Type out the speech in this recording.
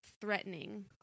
threatening